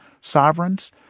sovereigns